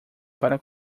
para